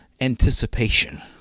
anticipation